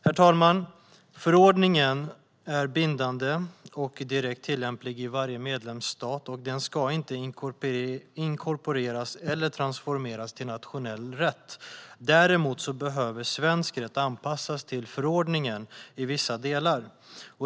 Herr talman! Förordningen är bindande och direkt tillämplig i varje medlemsstat, och den ska inte inkorporeras eller transformeras till nationell rätt. Däremot behöver svensk rätt anpassas till förordningen i vissa delar.